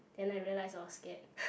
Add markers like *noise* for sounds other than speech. then I realise I was scared *breath*